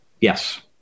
Yes